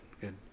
Good